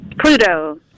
Pluto